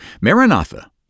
Maranatha